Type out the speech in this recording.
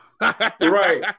right